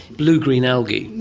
blue green algae.